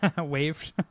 Waved